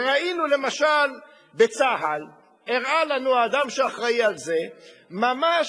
וראינו למשל בצה"ל הראה לנו אדם שאחראי לזה ממש